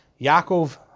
Yaakov